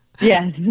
Yes